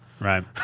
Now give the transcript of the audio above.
Right